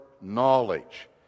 knowledge